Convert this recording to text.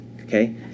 okay